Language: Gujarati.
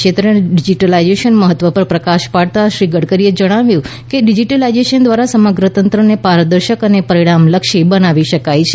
ક્ષેત્રે ડિજિટલાઇઝેશનના મહત્વ પર પ્રકાશ પાડતાં શ્રી ગડકરીએ જણાવ્યું કે ડિજિટલાઇઝેશન દ્વારા સમગ્ર તંત્રને પારદર્શક અને પરિણામલક્ષી બનાવી શકાય છે